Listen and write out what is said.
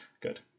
Good